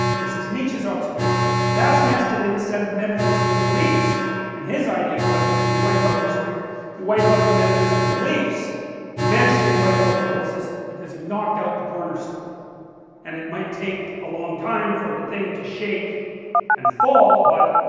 this is nietzche's observation that is nested in a set of metaphysical beliefs and his idea was that if you wipe out, sort of wipe out the metaphysical beliefs eventually you wipe out the whole system because you have knocked out the cornerstone and it might take a long time for the thing to shake and fall, but,